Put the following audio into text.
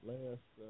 Last